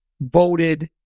voted